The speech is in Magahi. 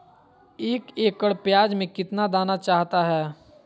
एक एकड़ प्याज में कितना दाना चाहता है?